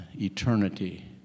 eternity